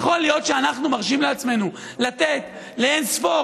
יכול להיות שאנחנו מרשים לעצמנו לתת לאין-ספור